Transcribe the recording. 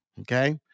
Okay